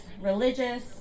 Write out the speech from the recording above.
religious